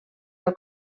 del